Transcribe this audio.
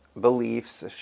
beliefs